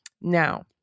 now